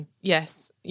Yes